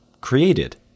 created